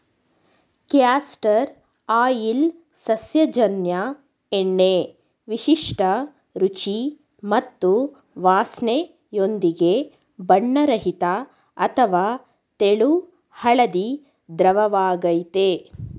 castor oil ಸಸ್ಯಜನ್ಯ ಎಣ್ಣೆ ವಿಶಿಷ್ಟ ರುಚಿ ಮತ್ತು ವಾಸ್ನೆಯೊಂದಿಗೆ ಬಣ್ಣರಹಿತ ಅಥವಾ ತೆಳು ಹಳದಿ ದ್ರವವಾಗಯ್ತೆ